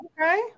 Okay